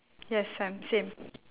yes I'm same